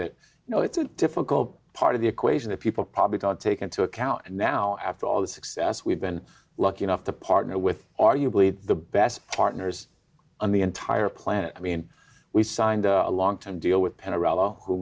know it's a difficult part of the equation that people probably don't take into account and now after all the success we've been lucky enough to partner with arguably the best partners on the entire planet i mean we signed a long term deal with